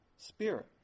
spirit